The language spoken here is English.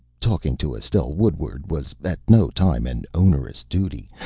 talking to estelle woodward was at no time an onerous duty,